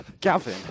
Gavin